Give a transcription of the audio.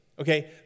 okay